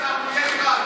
אז אנחנו נהיה איראן.